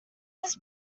this